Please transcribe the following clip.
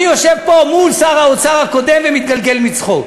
אני יושב פה מול שר האוצר הקודם ומתגלגל מצחוק,